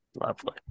Lovely